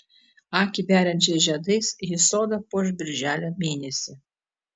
akį veriančiais žiedais ji sodą puoš birželio mėnesį